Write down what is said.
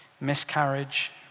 miscarriage